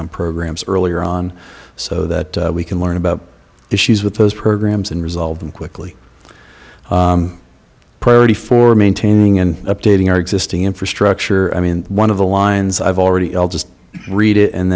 on programs earlier on so that we can learn about issues with those programs and resolve them quickly priority for maintaining and updating our existing infrastructure i mean one of the lines i've already i'll just read it and